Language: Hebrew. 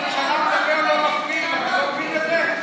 כשראש ממשלה מדבר לא מפריעים, אתה לא מבין את זה?